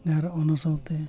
ᱟᱨ ᱚᱱᱟ ᱥᱟᱶᱛᱮ